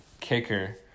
kicker